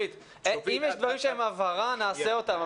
אם יש דברים שהם הבהרה נעשה אותם,